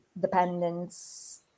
dependence